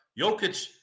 Jokic